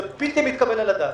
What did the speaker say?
זה בלתי מתקבל על הדעת.